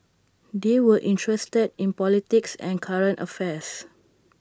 they were interested in politics and current affairs